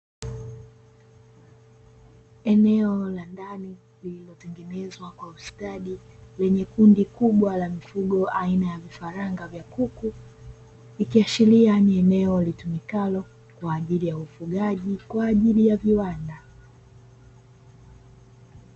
Eneo la ndani lililotengenezwa kwa ustadi lenye kundi kubwa la mifugo, aina ya vifaranga vya kuku ikiashiria ni eneo litumikalo kwa ajili ya ufugaji kwa ajili ya viwanda.